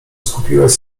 skupiłaś